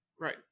Right